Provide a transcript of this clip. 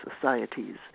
societies